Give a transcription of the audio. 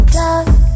love